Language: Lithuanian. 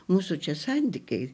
mūsų čia santykiai